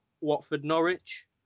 Watford-Norwich